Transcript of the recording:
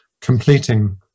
completing